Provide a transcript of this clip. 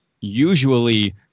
usually